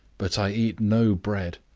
but i eat no bread,